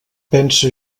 pense